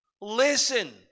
Listen